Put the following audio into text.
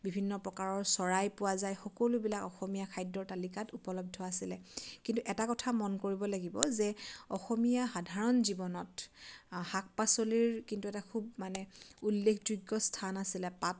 বিভিন্ন প্ৰকাৰৰ চৰাই পোৱা যায় সকলোবিলাক অসমীয়া খাদ্যৰ তালিকাত উপলব্ধ আছিলে কিন্তু এটা কথা মন কৰিব লাগিব যে অসমীয়া সাধাৰণ জীৱনত শাক পাচলিৰ কিন্তু এটা খুব মানে উল্লেখযোগ্য স্থান আছিলে পাত শাক